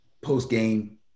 post-game